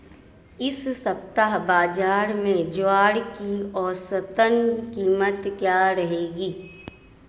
इस सप्ताह बाज़ार में ज्वार की औसतन कीमत क्या रहेगी?